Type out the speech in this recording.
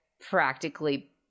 practically